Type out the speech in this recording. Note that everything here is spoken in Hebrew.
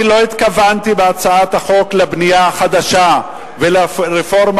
אני לא התכוונתי בהצעת החוק לבנייה החדשה ולרפורמה